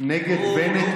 נגד בנט?